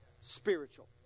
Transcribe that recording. spiritual